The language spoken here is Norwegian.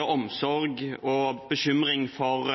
omsorg og bekymring for